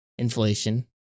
inflation